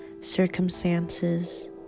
circumstances